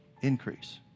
Increase